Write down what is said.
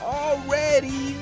already